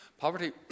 Poverty